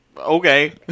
Okay